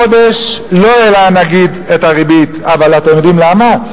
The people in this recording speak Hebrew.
החודש לא העלה הנגיד את הריבית, אתם יודעים למה?